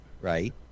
right